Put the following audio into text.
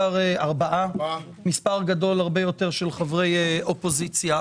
ארבעה - ומספר גדול הרבה יותר של חברי אופוזיציה.